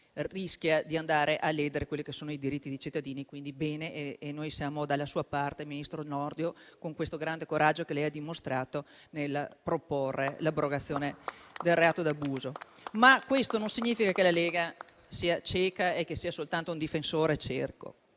rischia di andare a ledere i diritti dei cittadini. Quindi bene, noi siamo dalla sua parte, ministro Nordio, con il grande coraggio che ha dimostrato nel proporre l'abrogazione del reato di abuso d'ufficio. Questo non significa che la Lega sia cieca e sia soltanto un difensore cieco.